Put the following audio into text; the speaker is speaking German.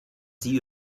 sie